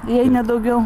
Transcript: jei ne daugiau